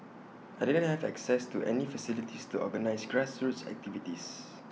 I didn't have access to any facilities to organise grassroots activities